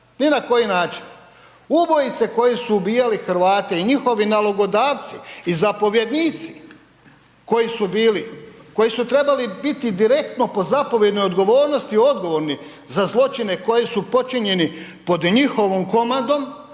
ni na koji način. Ubojice koji su ubijali Hrvate i njihovi nalogodavci i zapovjednici koji su bili, koji su trebali biti direktno po zapovjednoj odgovornosti odgovorni za zločine koji su počinjeni pod njihovom komandom,